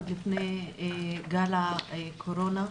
עוד לפני גל הקורונה.